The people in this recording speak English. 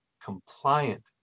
compliant